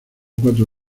cuatro